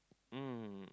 mm